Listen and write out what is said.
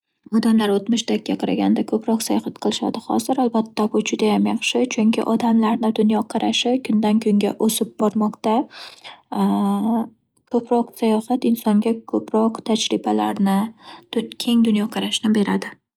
Odamlar o'tmishdagiga qaraganda ko'proq sayohat qilishadi hozir. Albatta, bu judayam yaxshi, chunki odamlarni dunyoqarashi kundan - kunga o'sib bormoqda. Ko'proq sayohat insonga ko'proq tajribalarni, keng dunyoqarashni beradi.